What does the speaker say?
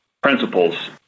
principles